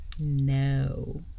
No